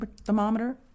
thermometer